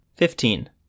Fifteen